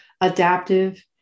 adaptive